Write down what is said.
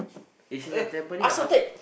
if she's at Tampines I will ask